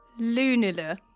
Lunula